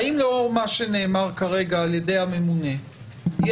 האם לאור מה שנאמר כרגע על ידי הממונה אתם